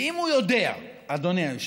אדוני היושב-ראש,